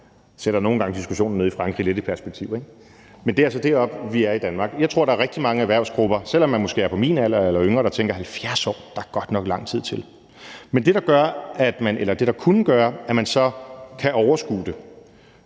sætter nogle gange diskussionen nede i Frankrig lidt i perspektiv, ikke? Men det er altså deroppe, vi er i Danmark, og jeg tror, der er rigtig mange i erhvervsgrupperne, der, selv om man måske er på min alder eller yngre, tænker, at der godt nok er lang tid til 70 år. Men det, der kunne gøre, at man så kan overskue det,